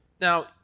Now